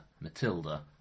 Matilda